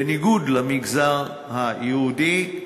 בניגוד למגזר היהודי,